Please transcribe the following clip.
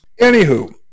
Anywho